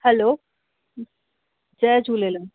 हलो जय झूलेलाल